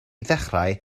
ddechrau